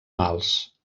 mals